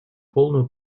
полную